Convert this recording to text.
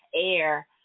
air